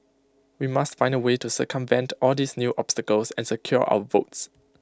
we must find A way to circumvent all these new obstacles and secure our votes